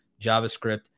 JavaScript